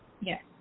Yes